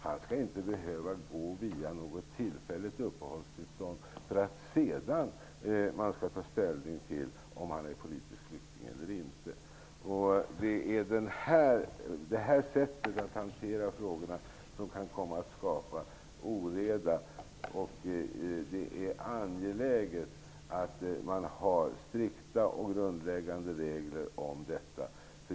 Han skall inte behöva gå via något tillfälligt uppehållstillstånd för att man sedan skall ta ställning till om han är politisk flykting eller inte. Det sättet att hantera frågorna skulle kunna komma att skapa oreda. Det är angeläget att man har strikta och grundläggande regler om detta.